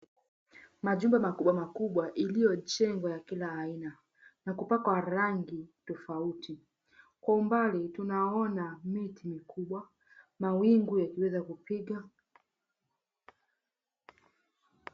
Majumba makubwa makubwa iliyojengwa ya kila aina na kupakwa rangi tofauti. Kwa umbali tunaona miti kubwa, mawimbi yakiweza kupiga.